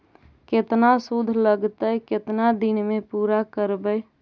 केतना शुद्ध लगतै केतना दिन में पुरा करबैय?